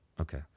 Okay